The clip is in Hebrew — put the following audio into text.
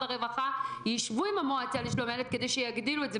הרווחה יישבו עם המועצה לשלום הילד כדי שיגדילו את זה.